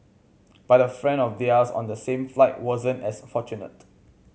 but a friend of theirs on the same flight wasn't as fortunate